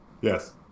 Yes